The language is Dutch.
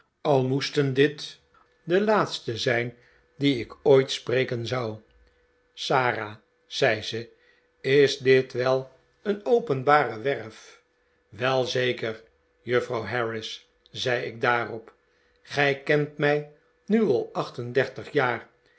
al moesten dit de laatste zijn die ik ooit spreken zou sara zei ze is dit wel een openbare werf wel zeker juffrouw harris zei ik daarop gij kent mij nu al acht en dertig jaar